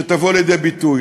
שתבוא לידי ביטוי.